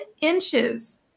inches